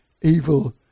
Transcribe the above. evil